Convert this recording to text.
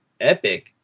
epic